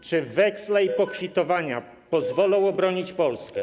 Czy weksle i pokwitowania pozwolą obronić Polskę?